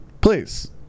Please